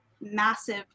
massive